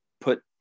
put